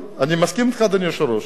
אני מסכים אתך, אדוני היושב-ראש,